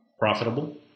profitable